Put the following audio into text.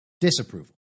disapproval